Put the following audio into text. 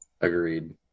Agreed